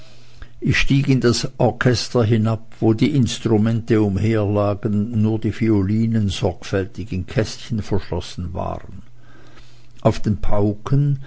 ich stieg in das orchester hinab wo die instrumente umherlagen und nur violinen sorgfältig in kästchen verschlossen waren auf den pauken